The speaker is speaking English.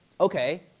Okay